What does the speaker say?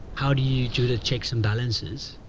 how do you do the checks and balances?